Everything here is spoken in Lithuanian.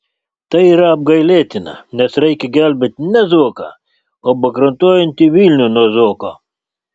tai yra apgailėtina nes reikia gelbėti ne zuoką o bankrutuojantį vilnių nuo zuoko